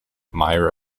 myra